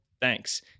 thanks